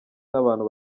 n’abantu